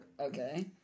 Okay